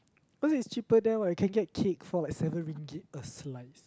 oh it's cheaper there what you can get cake for like seven ringgit a slice